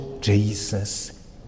jesus